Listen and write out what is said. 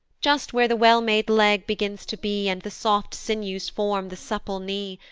just where the well-made leg begins to be, and the soft sinews form the supple knee,